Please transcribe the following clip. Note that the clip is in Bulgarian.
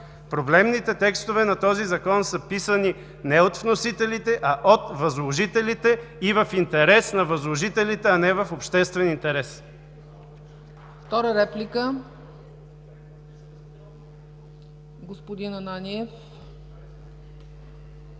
Проблемните текстове на този Закон са писани не от вносителите, а от възложителите и в интерес на възложителите, а не в обществен интерес. ПРЕДСЕДАТЕЛ ЦЕЦКА